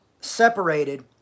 separated